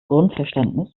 grundverständnis